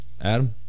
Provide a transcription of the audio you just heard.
Adam